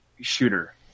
shooter